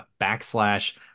backslash